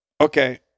Okay